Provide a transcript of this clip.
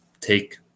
take